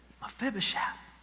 Mephibosheth